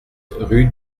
rue